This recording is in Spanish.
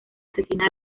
asesina